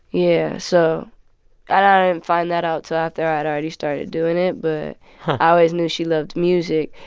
yeah, so and i didn't find that out till after i had already started doing it, but i always knew she loved music.